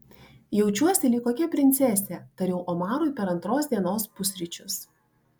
jaučiuosi lyg kokia princesė tariau omarui per antros dienos pusryčius